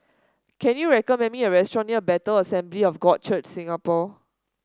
can you recommend me a restaurant near Bethel Assembly of God Church Singapore